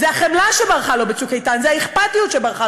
זו החמלה שברחה לו ב"צוק איתן"; זו האכפתיות שברחה